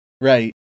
right